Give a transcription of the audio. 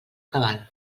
cabal